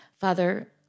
Father